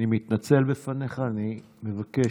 אני מתנצל בפניך, אני מבקש,